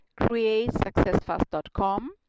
createsuccessfast.com